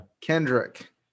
Kendrick